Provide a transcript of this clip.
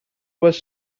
was